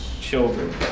children